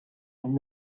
and